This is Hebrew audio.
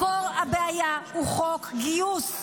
מקור הבעיה הוא חוק הגיוס,